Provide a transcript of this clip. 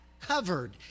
covered